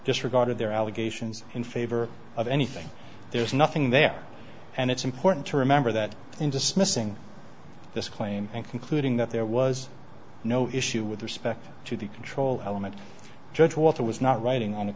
disregarded their allegations in favor of anything there's nothing there and it's important to remember that in dismissing this claim and concluding that there was no issue with respect to the control element judge walther was not writing on a